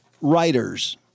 writers